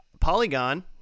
Polygon